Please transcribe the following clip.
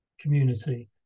community